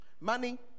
Money